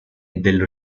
dello